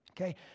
Okay